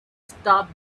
stop